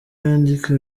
yandika